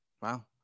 Wow